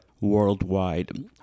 worldwide